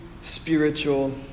spiritual